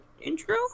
Intro